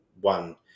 one